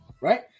Right